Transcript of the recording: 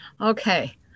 Okay